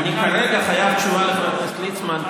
כרגע אני חייב תשובה לחבר הכנסת ליצמן,